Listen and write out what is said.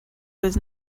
was